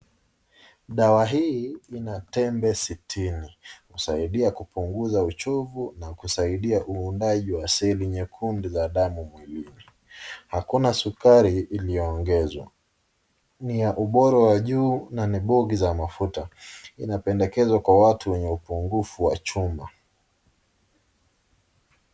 Dawa hii ina tembe sitini. Husaidia kupunguza uchovu na kusaidia uundaji wa seli nyekundu za damu mwilini. Hakuna sukari iliongezwa. Ni ya ubora wa juu na nebogi za mafuta. Inapendekezwa kwa watu wenye upungufu wa chuma.